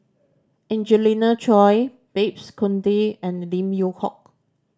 Angelina Choy Babes Conde and Lim Yew Hock